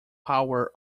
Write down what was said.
power